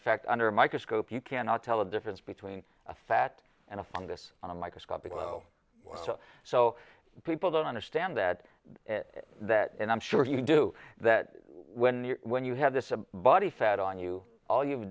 fact under a microscope you cannot tell the difference between a fat and a fungus on microscopic oh so so people don't understand that that and i'm sure you do that when you're when you have this a body fat on you all you've